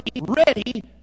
ready